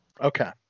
Okay